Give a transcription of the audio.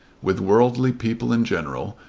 with worldly people in general,